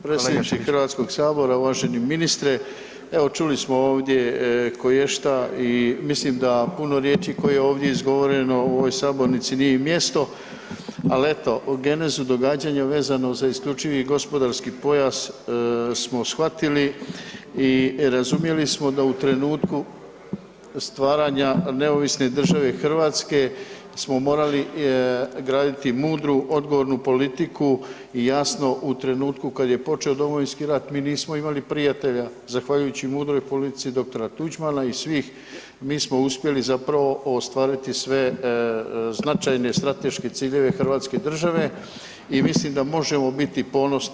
Predsjedniče HS-a, uvaženi ministre, evo čuli smo ovdje koješta i mislim da puno riječi koje je ovdje izgovoreno u ovoj sabornici nije mjesto, ali eto, genezu događanja vezano za isključivi gospodarski pojas smo shvatili i razumjeli smo da u trenutku stvaranja neovisne države Hrvatske smo morali graditi mudru odgovornu politiku i jasno u trenutku kad je počeo Domovinski rat mi nismo imali prijatelja zahvaljujući mudroj politici dr. Tuđmana i svih, mi smo uspjeli zapravo ostvariti sve značajne strateške ciljeve hrvatske države i mislim da možemo biti ponosni.